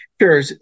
Sure